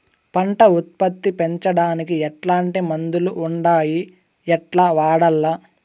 పంట ఉత్పత్తి పెంచడానికి ఎట్లాంటి మందులు ఉండాయి ఎట్లా వాడల్ల?